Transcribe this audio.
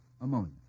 Ammonia